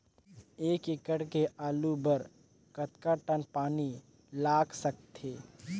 एक एकड़ के आलू बर कतका टन पानी लाग सकथे?